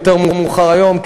יותר מאוחר היום,